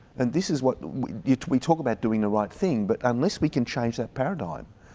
and this is what we talk about doing, the right thing, but unless we can change that paradigm,